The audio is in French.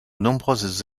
nombreuses